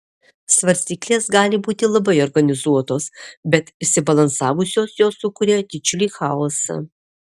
svarstyklės gali būti labai organizuotos bet išsibalansavusios jos sukuria didžiulį chaosą